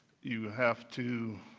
you have to